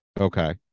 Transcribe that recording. Okay